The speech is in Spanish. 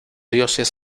dioses